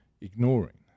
ignoring